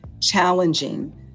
challenging